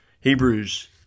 Hebrews